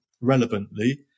relevantly